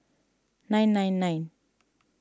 nine nine nine